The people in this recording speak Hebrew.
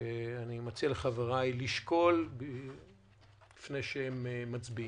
שאני מציע לחבריי לשקול לפני שהם מצביעים.